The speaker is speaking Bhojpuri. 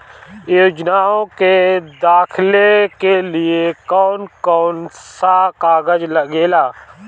योजनाओ के दाखिले के लिए कौउन कौउन सा कागज लगेला?